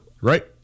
right